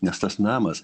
nes tas namas